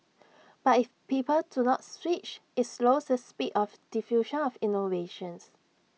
but if people do not switch IT slows the speed of diffusion of innovations